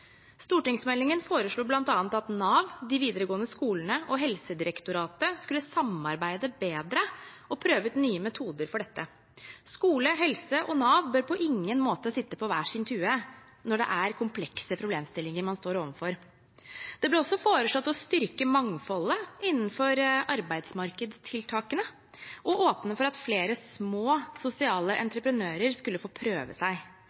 Stortingsmeldingen foreslo bl.a. at Nav, de videregående skolene og Helsedirektoratet skulle samarbeide bedre og prøve ut nye metoder for dette. Skole, helse og Nav bør på ingen måte sitte på hver sin tue når det er komplekse problemstillinger man står overfor. Det ble også foreslått å styrke mangfoldet innenfor arbeidsmarkedstiltakene og åpne for at flere små sosiale entreprenører skulle få prøve seg.